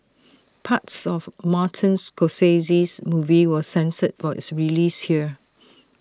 parts of Martin's Scorsese's movie was censored for its release here